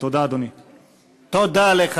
תודה, אדוני.